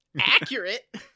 Accurate